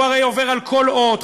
הוא הרי עובר על כל אות,